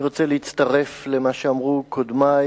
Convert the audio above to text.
אני רוצה להצטרף למה שאמרו קודמי